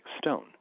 stone